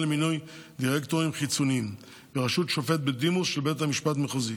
למינוי דירקטורים חיצוניים בראשות שופט בדימוס של בית משפט מחוזי.